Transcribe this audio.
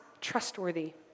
trustworthy